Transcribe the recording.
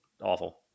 Awful